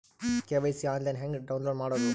KYC online ಹೆಂಗ್ download ಮಾಡೋದು?